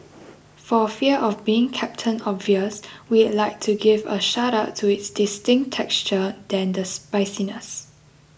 for fear of being Captain Obvious we'd like to give a shout out to its distinct texture than the spiciness